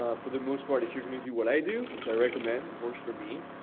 ah for the most part, if you're gonna do what i do, which i recommend, works for me,